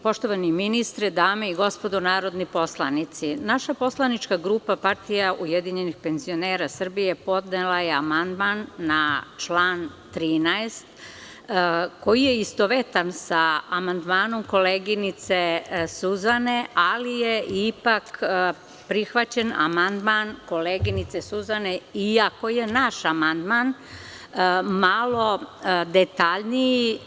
Poštovani ministre, dame i gospodo narodni poslanici, naša poslanička grupaPUPS podnela je amandman na član 13. koji je istovetan sa amandmanom koleginice Suzane, ali je ipak prihvaćen amandman koleginice Suzane, iako je naš amandman malo detaljniji.